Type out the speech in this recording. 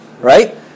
right